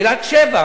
מילת שבח,